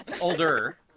Older